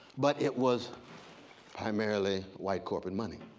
but it was primarily white corporate money.